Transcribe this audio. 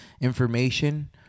Information